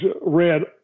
read